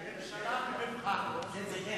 זה ע'נאים.